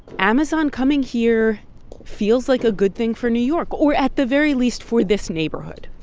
amazon coming here feels like a good thing for new york, or at the very least, for this neighborhood.